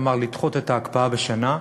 כלומר לדחות את ההקפאה בשנה,